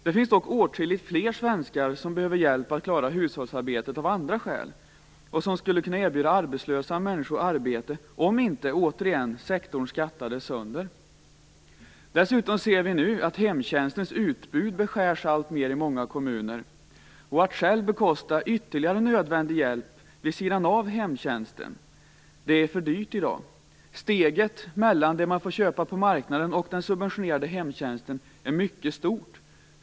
Det finns dock åtskilligt fler svenskar som behöver hjälp att klara hushållsarbetet av andra skäl och som skulle kunna erbjuda arbetslösa människor arbete om inte - återigen - Dessutom ser vi nu att hemtjänstens utbud beskärs alltmer i många kommuner. Att själv bekosta ytterligare nödvändig hjälp vid sidan av hemtjänsten är för dyrt i dag. Steget mellan det man får köpa på marknaden och den subventionerade hemtjänsten är mycket stort.